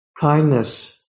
kindness